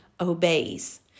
obeys